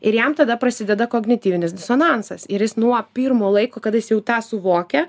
ir jam tada prasideda kognityvinis disonansas ir jis nuo pirmo laiko kada jis jau tą suvokia